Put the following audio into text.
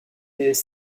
des